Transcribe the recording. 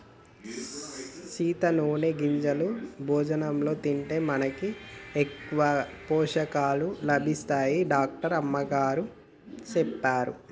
సీత నూనె గింజలు భోజనంలో తింటే మనకి ఎక్కువ పోషకాలు లభిస్తాయని డాక్టర్ అమ్మగారు సెప్పారు